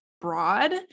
broad